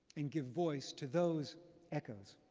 and give voice to those echoes.